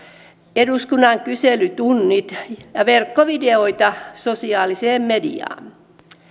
eduskunnan kyselytunnit ja verkkovideoita sosiaaliseen mediaan